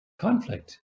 conflict